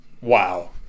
wow